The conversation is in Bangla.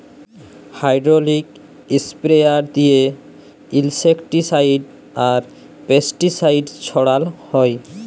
হাইড্রলিক ইস্প্রেয়ার দিঁয়ে ইলসেক্টিসাইড আর পেস্টিসাইড ছড়াল হ্যয়